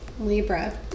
Libra